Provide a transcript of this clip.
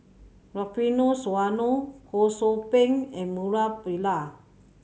Rufino Soliano Ho Sou Ping and Murali Pillai